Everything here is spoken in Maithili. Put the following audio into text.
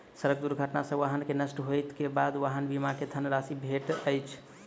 सड़क दुर्घटना सॅ वाहन के नष्ट होइ के बाद वाहन बीमा के धन राशि भेटैत अछि